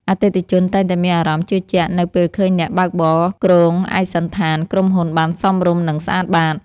អតិថិជនតែងតែមានអារម្មណ៍ជឿជាក់នៅពេលឃើញអ្នកបើកបរគ្រងឯកសណ្ឋានក្រុមហ៊ុនបានសមរម្យ និងស្អាតបាត។